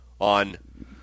on